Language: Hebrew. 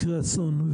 מקרה אסון,